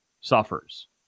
suffers